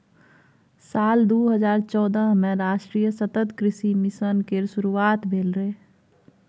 साल दू हजार चौदह मे राष्ट्रीय सतत कृषि मिशन केर शुरुआत भेल रहै